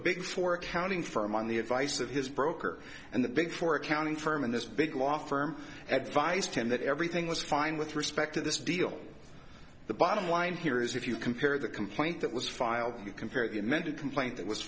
big four accounting firm on the advice of his broker and the big four accounting firm and this big law firm advice to him that everything was fine with respect to this deal the bottom line here is if you compare the complaint that was filed you compare the amended complaint that was